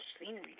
scenery